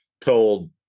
told